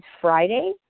Friday